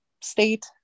state